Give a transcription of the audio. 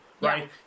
right